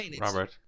Robert